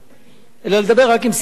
אלא לדבר רק עם סיעת קדימה,